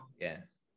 Yes